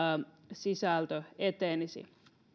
sisältö etenisi